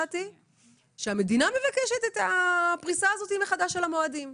שהמדינה מבקשת את הפריסה מחדש של המועדים.